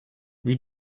wie